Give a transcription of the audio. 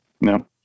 no